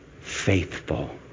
faithful